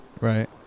Right